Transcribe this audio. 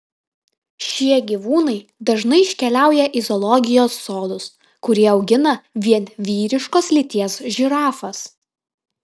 šie gyvūnai dažnai iškeliauja į zoologijos sodus kurie augina vien vyriškos lyties žirafas